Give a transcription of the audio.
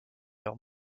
leur